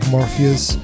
Morpheus